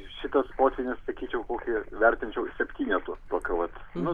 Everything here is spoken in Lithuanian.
šitas potvynis sakyčiau kokį vertinčiau septynetu tokiu vat nu